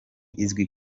izwi